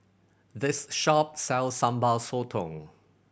this shop sells Sambal Sotong